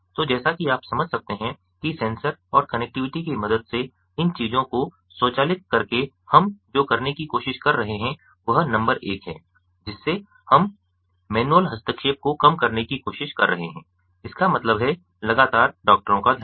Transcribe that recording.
तो जैसा कि आप समझ सकते हैं कि सेंसर और कनेक्टिविटी की मदद से इन चीजों को स्वचालित करके हम जो करने की कोशिश कर रहे हैं वह नंबर एक है जिससे हम मैनुअल हस्तक्षेप को कम करने की कोशिश कर रहे हैं इसका मतलब हैलगातार डॉक्टरों का ध्यान